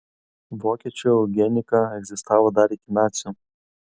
vokiečių eugenika egzistavo dar iki nacių